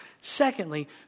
Secondly